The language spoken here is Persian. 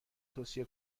توصیه